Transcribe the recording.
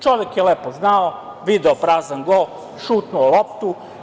Čovek je lepo znao, video prazan gol, šutnuo loptu.